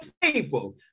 people